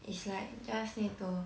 it's like just need to